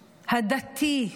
הדתי,